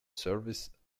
service